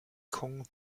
kong